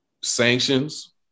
sanctions